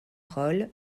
roll